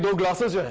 but glasses